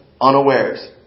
unawares